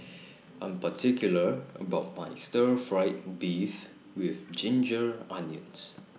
I'm particular about My Stir Fried Beef with Ginger Onions